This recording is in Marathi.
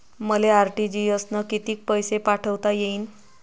मले आर.टी.जी.एस न कितीक पैसे पाठवता येईन?